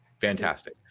fantastic